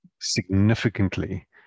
significantly